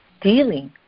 dealing